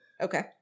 Okay